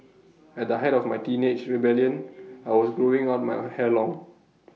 at the height of my teenage rebellion I was growing out my hair long